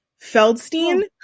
Feldstein